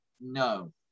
no